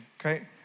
Okay